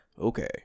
okay